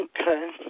Okay